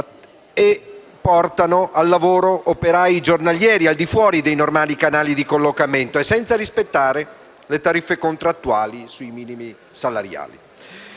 e somme illegali, operai giornalieri, al di fuori dei normali canali di collegamento e senza rispettare le tariffe contrattuali sui minimi salariali.